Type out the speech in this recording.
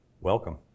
Welcome